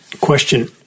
Question